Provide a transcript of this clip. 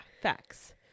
facts